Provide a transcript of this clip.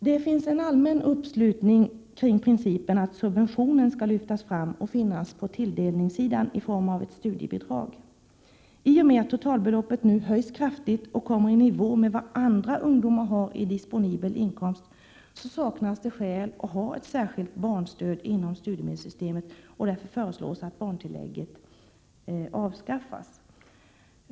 Det finns en allmän uppslutning kring principen att subventionen skall lyftas fram och finnas på tilldelningssidan i form av ett studiebidrag. I och med att totalbeloppet nu höjs kraftigt och kommer i nivå med vad andra ungdomar har i disponibel inkomst, saknas det skäl att ha ett speciellt barnstöd inom studiemedelssystemet, och därför föreslås att barntillägget avskaffas.